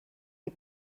die